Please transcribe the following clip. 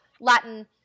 Latin